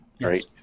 right